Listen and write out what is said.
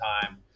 time